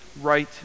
right